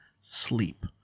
sleep